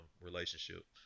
relationship